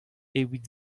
evit